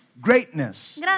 Greatness